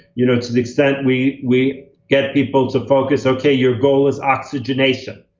you know, to the extent we we get people to focus, okay, your goal is oxygenation,